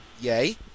Yay